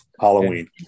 Halloween